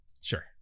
Sure